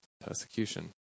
persecution